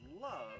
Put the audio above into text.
Love